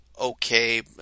okay